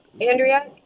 Andrea